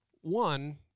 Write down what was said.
One